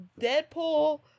Deadpool